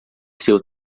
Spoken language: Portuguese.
seu